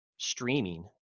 streaming